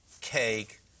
cake